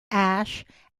ash